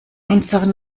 unseren